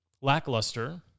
lackluster